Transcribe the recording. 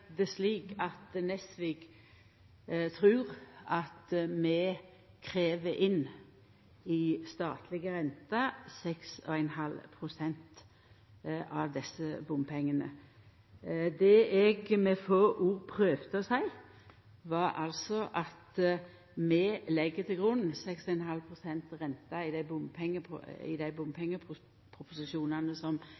eg det slik at Nesvik trur at vi krev inn 6,5 pst. av desse bompengane i statlege renter. Det eg med få ord prøvde å seia, var altså at vi legg til grunn 6,5 pst. renter i